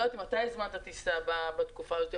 לא יודעת אם אתה הזמנת טיסה בתקופה הזו,